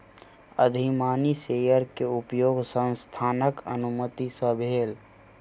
अधिमानी शेयर के उपयोग संस्थानक अनुमति सॅ भेल